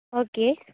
okay